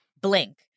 Blink